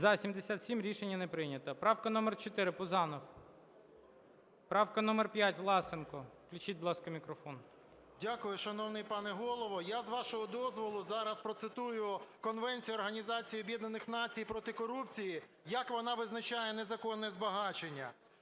За-77 Рішення не прийнято. Правка номер 4. Пузанов. Правка номер 5. Власенко. Включіть, будь ласка, мікрофон. 17:03:18 ВЛАСЕНКО С.В. Дякую, шановний пане Голово. Я, з вашого дозволу, зараз процитую Конвенцію Організації Об'єднаних Націй проти корупції, як вона визначає "незаконне збагачення".